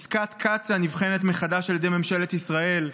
עסקת קצא"א נבחנת מחדש על ידי ממשלת ישראל.